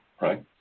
right